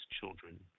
children